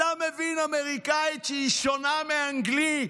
אתה מבין אמריקאית, שהיא שונה מאנגלית.